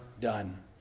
done